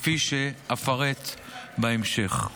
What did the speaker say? כפי שאפרט בהמשך.